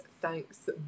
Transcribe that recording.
thanks